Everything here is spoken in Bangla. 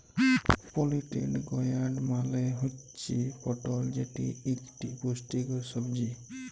পলিটেড গয়ার্ড মালে হুচ্যে পটল যেটি ইকটি পুষ্টিকর সবজি